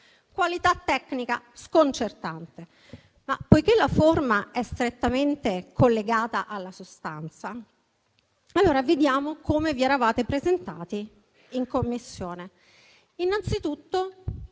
Qualità tecnica sconcertante. Poiché però la forma è strettamente collegata alla sostanza, vediamo come vi eravate presentati in Commissione.